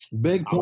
Big